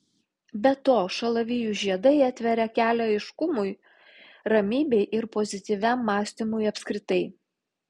be to šalavijų žiedai atveria kelią aiškumui ramybei ir pozityviam mąstymui apskritai